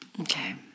Okay